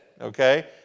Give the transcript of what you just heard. okay